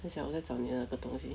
在想要找你那个的东西